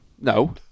No